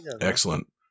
Excellent